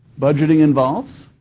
budgeting involves